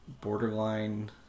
borderline